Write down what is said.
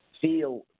feel